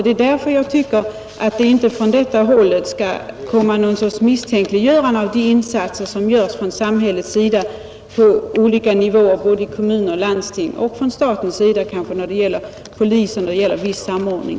Det är därför jag tycker att det inte från detta håll skall komma något slags misstänkliggörande av de insatser som görs från samhällets sida på olika nivåer, både i kommuner och landsting och kanske också från statens sida, när det gäller polisens arbete och i fråga om viss samordning.